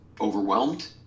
overwhelmed